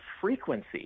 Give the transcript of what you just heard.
frequency